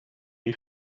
you